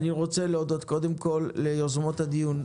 אני רוצה להודות קודם כול ליזומות הדיון,